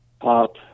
pop